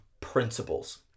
Principles